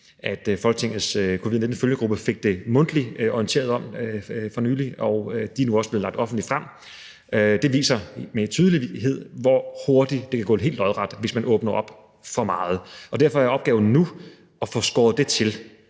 at Folketingets covid-19-følgegruppe blev mundtligt orienteret for nylig, og det er nu også blevet lagt offentligt frem – og det viser med tydelighed, hvor hurtigt det kan gå helt lodret op, hvis man åbner for meget op. Derfor er opgaven nu at få skåret det til,